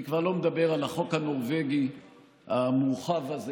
אני כבר לא מדבר על החוק הנורבגי המורחב הזה,